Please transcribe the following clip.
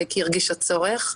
כי היא הרגישה צורך.